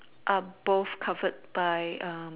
are both covered by